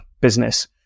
business